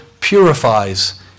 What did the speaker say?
purifies